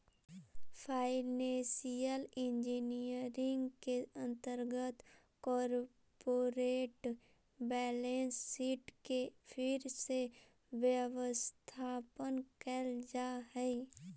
financial engineering के अंतर्गत corporate balance sheet के फिर से व्यवस्थापन कैल जा हई